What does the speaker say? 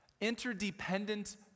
interdependent